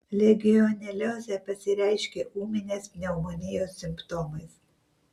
legioneliozė pasireiškia ūminės pneumonijos simptomais